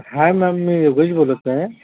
हाय ma'am मी योगेश बोलत आहे